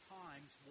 times